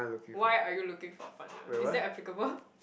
why are you looking for a partner is that applicable